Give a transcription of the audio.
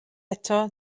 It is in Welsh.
eto